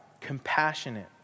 compassionate